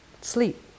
sleep